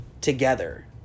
together